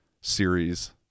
series